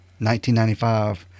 1995